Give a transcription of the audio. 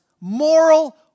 moral